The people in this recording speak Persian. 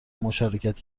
مشارکت